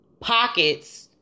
pockets